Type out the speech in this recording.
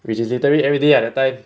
which is literally everyday lah that time